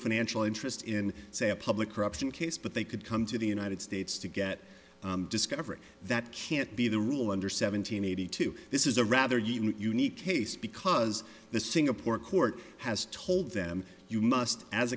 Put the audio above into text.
financial interest in say a public corruption case but they could come to the united states to get discovery that can't be the rule under seven hundred eighty two this is a rather unique case because the singapore court has told them you must as